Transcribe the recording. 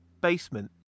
basement